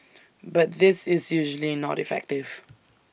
but this is usually not effective